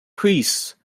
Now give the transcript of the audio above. priests